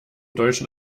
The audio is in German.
deutschen